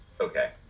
okay